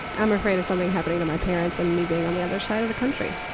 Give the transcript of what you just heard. i'm afraid of something happening to my parents and me being on the other side of the country.